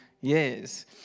years